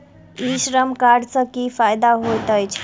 ई श्रम कार्ड सँ की फायदा होइत अछि?